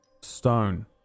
stone